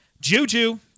Juju